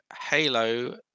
halo